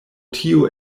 tio